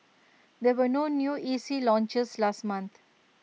there were no new E C launches last month